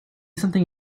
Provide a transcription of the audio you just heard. something